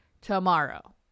tomorrow